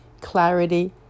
clarity